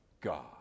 God